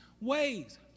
ways